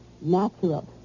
natural